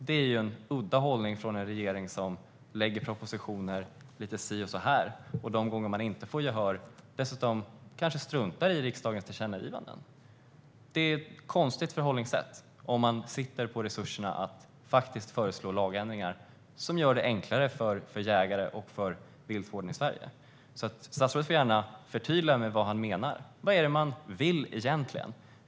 Det är en udda hållning från en regering som lägger fram propositioner lite si och så och som dessutom kanske struntar i riksdagens tillkännagivanden de gånger man inte får gehör. Det är ett konstigt förhållningssätt, om man sitter på resurserna att kunna föreslå lagändringar som gör det enklare för jägarna och viltvården i Sverige. Statsrådet får gärna förtydliga vad han menar. Vad är det man vill egentligen?